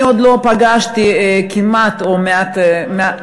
אני עוד לא פגשתי כמעט, או מעט מאוד, למה?